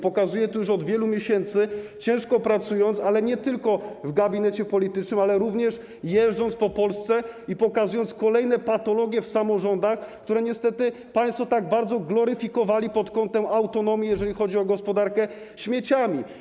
Pokazuje to już od wielu miesięcy, ciężko pracując, nie tylko w gabinecie politycznym, ale również jeżdżąc po Polsce i pokazując kolejne patologie w samorządach, które niestety państwo tak bardzo gloryfikowali pod kątem autonomii, jeżeli chodzi o gospodarkę śmieciami.